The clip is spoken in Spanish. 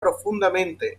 profundamente